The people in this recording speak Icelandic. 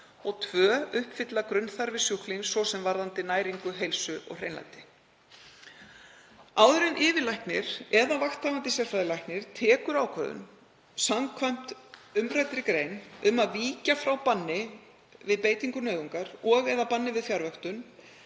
2. Uppfylla grunnþarfir sjúklings, svo sem varðandi næringu, heilsu og hreinlæti. Áður en yfirlæknir eða vakthafandi sérfræðilæknir tekur ákvörðun samkvæmt umræddri grein um að víkja frá banni við beitingu nauðungar og/eða banni við fjarvöktun